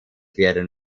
werden